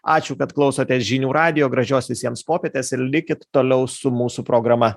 ačiū kad klausotės žinių radijo gražios visiems popietės ir likit toliau su mūsų programa